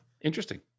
interesting